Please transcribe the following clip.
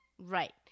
Right